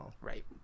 right